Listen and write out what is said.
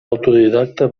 autodidacta